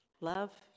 love